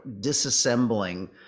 disassembling